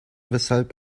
weshalb